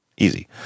Easy